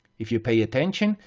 if you pay attention,